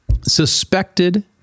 suspected